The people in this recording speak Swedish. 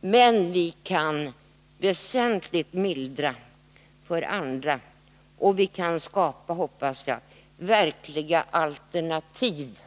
Däremot kommer vi att väsentligt kunna mildra för andra, och jag hoppas att vi kan skapa verkliga alternativ